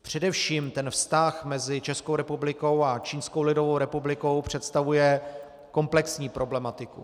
Především vztah mezi Českou republikou a Čínskou lidovou republikou představuje komplexní problematiku.